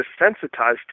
desensitized